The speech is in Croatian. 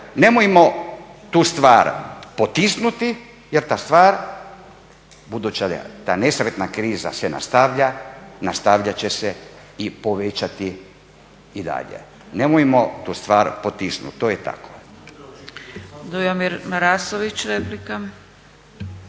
Nemojmo tu stvar potisnuti jer ta stvar, budući ta nesretna kriza se nastavlja, nastavljat će se i povećati i dalje. Nemojmo tu stvar potisnuti, to je tako.